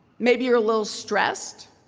maybe you're a little stressed,